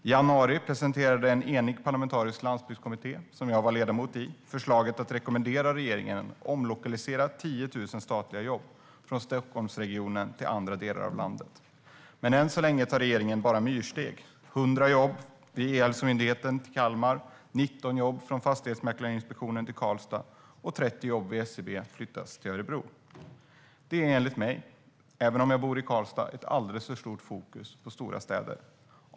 I januari presenterade en enig parlamentarisk landsbygdskommitté, som jag var ledamot i, förslaget att rekommendera regeringen att omlokalisera 10 000 statliga jobb från Stockholmsregionen till andra delar av landet. Men än så länge tar regeringen bara myrsteg: 100 jobb vid E-hälsomyndigheten flyttas till Kalmar, 19 jobb vid Fastighetsmäklarinspektionen till Karlstad och 30 jobb vid SCB till Örebro. Det är enligt mig - jag bor visserligen i Karlstad - ett alldeles för stort fokus på stora städer.